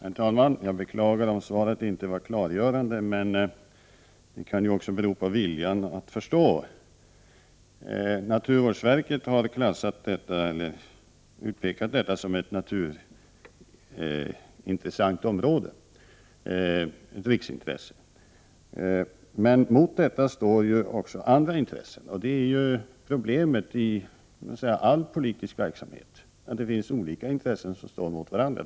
Herr talman! Jag beklagar om svaret inte var klargörande, men det kan ju också bero på viljan att förstå. Naturvårdsverket har klassificerat detta som ett naturintressant område, ett riksintresse. Mot detta står emellertid också andra intressen. Problemet i all politisk verksamhet är ju att det finns olika intressen som står mot varandra.